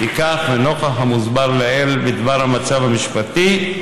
לפיכך, ונוכח המוסבר לעיל בדבר המצב המשפטי,